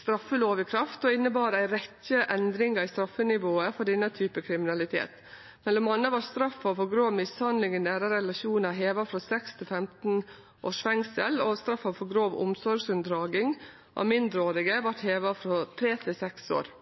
straffelov i kraft og innebar ei rekkje endringar i straffenivået for denne typen kriminalitet. Mellom anna vart straffa for grov mishandling i nære relasjonar heva frå seks til femten års fengsel, og straffa for grov omsorgsunndraging av mindreårige vart heva frå tre til seks år.